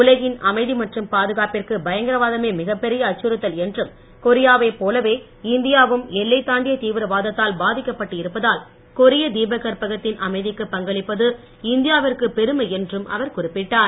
உலகின் அமைதி மற்றும் பாதுகாப்பிற்கு பயங்கரவாதமே மிகப்பெரிய அச்சுறுத்தல் என்றும் கொரியாவை போலவே இந்தியாவும் எல்லைத் தாண்டிய தீவிரவாதத்தால் பாதிக்கப்பட்டு இருப்பதால் கொரிய தீபகற்பத்தின் அமைதிக்கு பங்களிப்பது இந்தியாவிற்கு பெருமை என்றும் அவர் குறிப்பிட்டார்